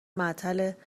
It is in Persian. معطل